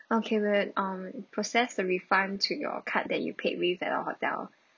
okay we will um process the refund to your card that you paid with at our hotel